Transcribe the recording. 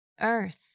Earth